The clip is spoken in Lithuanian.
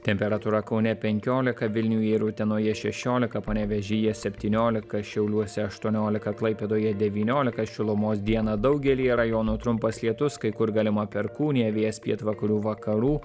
temperatūra kaune penkiolika vilniuje ir utenoje šešiolika panevėžyje septyniolika šiauliuose aštuoniolika klaipėdoje devyniolika šilumos dieną daugelyje rajonų trumpas lietus kai kur galima perkūnija vėjas pietvakarių vakarų